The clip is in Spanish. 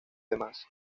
demás